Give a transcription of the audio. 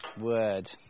word